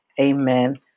amen